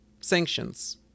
sanctions